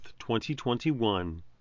2021